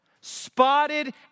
spotted